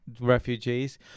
refugees